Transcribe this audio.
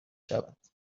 شود